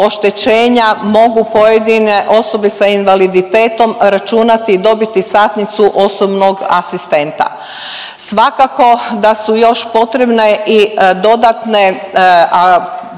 mogu pojedine osobe s invaliditetom računati i dobiti satnicu osobnog asistenta. Svakako da su još potrebne i dodatne